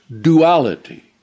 duality